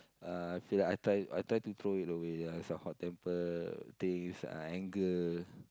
uh I feel like I try I try to throw it away as a hot temper things uh anger